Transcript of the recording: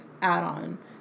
add-on